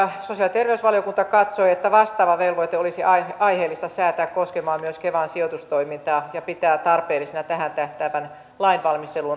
sosiaali ja terveysvaliokunta katsoi että vastaava velvoite olisi aiheellista säätää koskemaan myös kevan sijoitustoimintaa ja pitää tarpeellisena tähän tähtäävän lainvalmistelun aloittamista